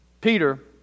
Peter